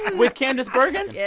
with candice bergen? yeah